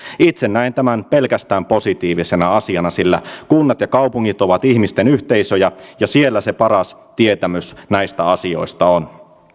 itse näen tämän pelkästään positiivisena asiana sillä kunnat ja kaupungit ovat ihmisten yhteisöjä ja siellä se paras tietämys näistä asioista on